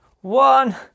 one